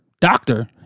doctor